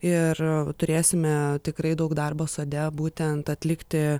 ir turėsime tikrai daug darbo sode būtent atlikti